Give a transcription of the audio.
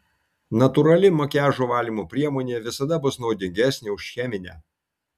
natūrali makiažo valymo priemonė visada bus naudingesnė už cheminę